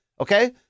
okay